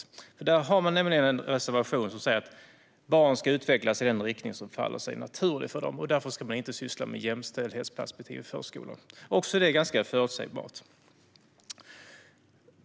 Sverigedemokraterna har nämligen en reservation som säger att barn ska utvecklas i den riktning som faller sig naturligt för dem, och därför ska man inte syssla med jämställdhetsperspektiv i förskolan. Också det är ganska förutsägbart.